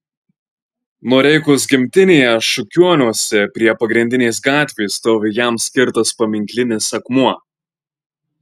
noreikos gimtinėje šukioniuose prie pagrindinės gatvės stovi jam skirtas paminklinis akmuo